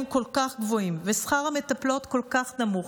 כל כך גבוהים ושכר המטפלות כל כך נמוך,